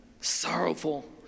sorrowful